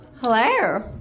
Hello